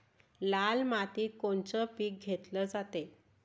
लाल मातीत कोनचं पीक घेतलं जाते?